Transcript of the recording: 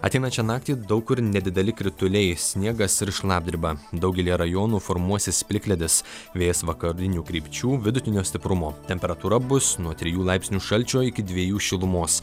ateinančią naktį daug kur nedideli krituliai sniegas ir šlapdriba daugelyje rajonų formuosis plikledis vėjas vakarinių krypčių vidutinio stiprumo temperatūra bus nuo trijų laipsnių šalčio iki dviejų šilumos